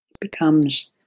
becomes